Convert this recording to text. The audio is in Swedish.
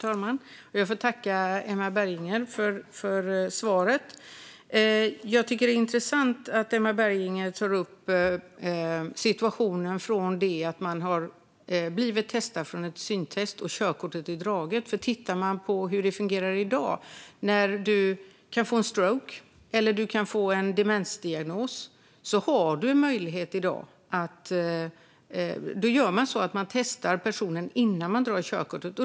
Fru talman! Jag tackar Emma Berginger för svaret. Det är intressant att hon tar upp situationen från det att man har gjort ett syntest och körkortet är indraget. Vi kan titta på hur det fungerar i dag. Man kan få en stroke eller en demensdiagnos. Då testar man personen innan man drar in körkortet.